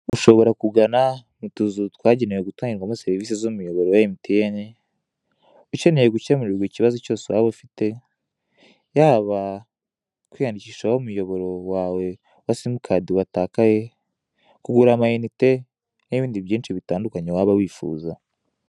Ushobora kugana utuzu twagenewe gutangirwa mo serivise z'umuyoboro wa Emutiyeni, ukeneye gukemurirwa ikibazo cyose waba ufite, yaba kwiyandikisha ho umuyoboro wawe wa simukadi watakaye, kugura amainite, n'ibindi byinshi bitandukanye waba wifuza.